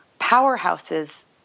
powerhouses